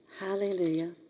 hallelujah